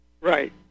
Right